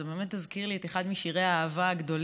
זה באמת הזכיר לי את אחד משירי האהבה הגדולים